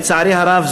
לצערי הרב,